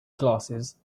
glasses